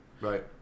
Right